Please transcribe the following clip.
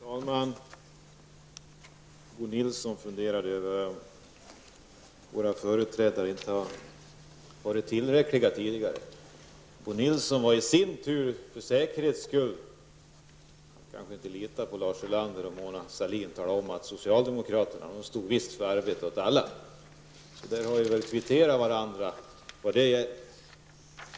Herr talman! Bo Nilsson funderade över om vänsterpartiets företrädare inte hade uttryckt sig tillräckligt tydligt tidigare. Bo Nilsson, som kanske inte litar på Lars Ulander och Mona Sahlin, talade i sin tur för säkerhets skull om att socialdemokraterna visst stod för arbete åt alla. Därmed har vi kvitterat varandras uttalanden.